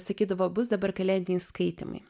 sakydavo bus dabar kalėdiniai skaitymai